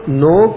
no